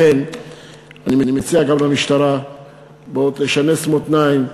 לכן אני מציע גם למשטרה שתשנס מותניים,